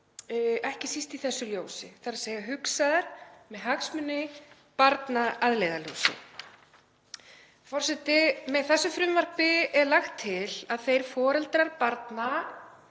ekki síst í þessu ljósi, þ.e. hugsaðar með hagsmuni barnsins að leiðarljósi. Forseti. Með þessu frumvarpi er lagt til að þeir foreldrar barna